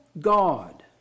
God